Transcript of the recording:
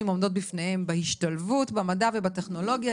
עומדות בפניהם בדרכן להשתלבות במדע ובטכנולוגיה,